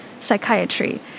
psychiatry